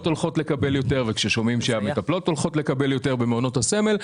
הולכות לקבל יותר וכששומעים שהמטפלות הולכות לקבל יותר במעונות הסמל,